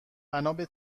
بنابه